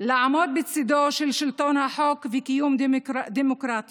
לעמוד בצידו של שלטון החוק וקיום דמוקרטיה,